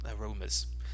aromas